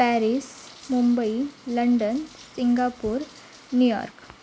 Paris Mumbai London Singapore New York